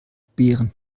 beeren